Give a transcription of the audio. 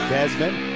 Desmond